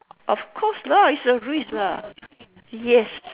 of course lah it's a risk lah yes